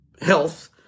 health